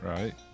Right